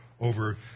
over